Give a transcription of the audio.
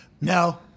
no